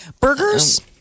burgers